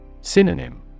Synonym